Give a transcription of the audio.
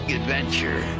adventure